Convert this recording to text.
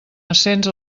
ascens